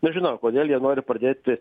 nežinau kodėl jie nori pradėti